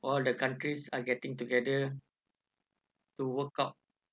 all the countries are getting together to work out